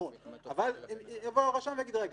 אבל יבוא הרשם ויגיד: רגע,